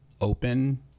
open